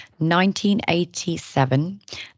1987